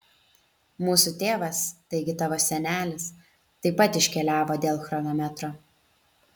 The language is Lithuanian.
mūsų tėvas taigi tavo senelis taip pat iškeliavo dėl chronometro